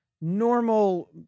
normal